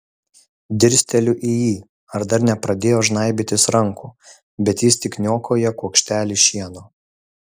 dirsteliu į jį ar dar nepradėjo žnaibytis rankų bet jis tik niokoja kuokštelį šieno